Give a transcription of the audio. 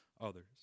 others